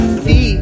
feet